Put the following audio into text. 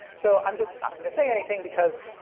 so i'm just not gonna say anything because,